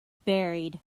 buried